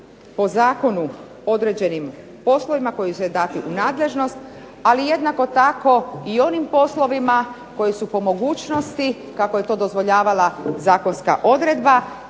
po zakonu određenim poslovima koji su joj dati u nadležnost, ali jednako tako i onim poslovima koji su po mogućnosti, kako je to dozvoljavala zakonska odredba,